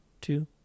two